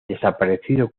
desaparecido